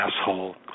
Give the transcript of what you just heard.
asshole